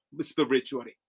spiritually